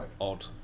odd